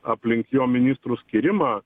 aplink jo ministrų skyrimą